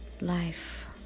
life